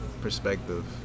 perspective